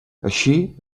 així